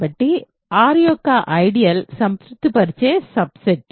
కాబట్టి R యొక్క ideal IR సంతృప్తినిచ్చే సబ్ సెట్